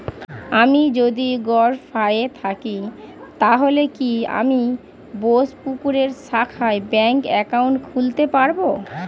আমি যদি গরফায়ে থাকি তাহলে কি আমি বোসপুকুরের শাখায় ব্যঙ্ক একাউন্ট খুলতে পারবো?